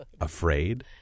afraid